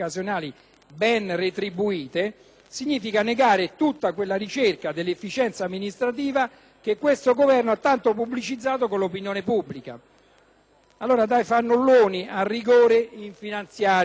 ben retribuite, significa negare tutta quella ricerca dell'efficienza amministrativa che questo Governo ha tanto pubblicizzato con l'opinione pubblica (dai fannulloni, al rigore in finanziaria),